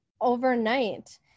Overnight